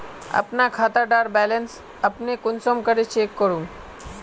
अपना खाता डार बैलेंस अपने कुंसम करे चेक करूम?